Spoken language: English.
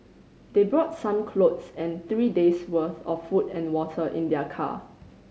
they brought some clothes and three days' worth of food and water in their car